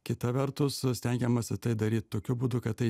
kita vertus stengiamasi tai daryt tokiu būdu kad tai